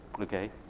Okay